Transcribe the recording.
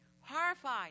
Horrified